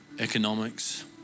economics